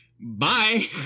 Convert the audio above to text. bye